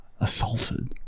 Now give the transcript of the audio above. assaulted